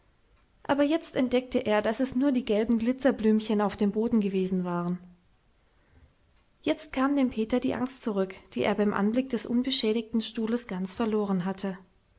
aber jetzt entdeckte er daß es nur die gelben glitzerblümchen auf dem boden gewesen waren jetzt kam dem peter die angst zurück die er beim anblick des unbeschädigten stuhles ganz verloren hatte